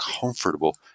comfortable